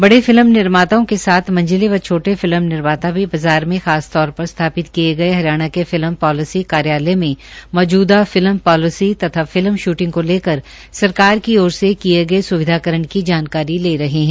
बड़े फिल्म निर्माताओं के साथ मंझले व छोटे फिल्म निर्माता भी बाजार में खासतौर पर स्थापित किए गए हरियाणा के फिल्म पॉलिसी कार्यालय में मौजूदा फिल्म पॉलिसी तथा फिल्म शूटिंग को लेकर सरकार की ओर से किए गए स्विधाकरण की जानकारी ले रहे हैं